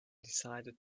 decided